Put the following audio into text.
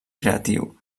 creatiu